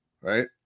right